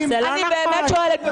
אני באמת שואלת.